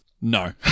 No